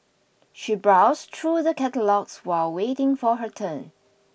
she browsed through the catalogues while waiting for her turn